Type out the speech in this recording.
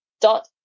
dot